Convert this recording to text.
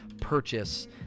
purchase